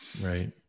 Right